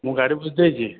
ମୁଁ ଗାଡ଼ି ବୁଝି ଦେଇଛି